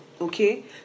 okay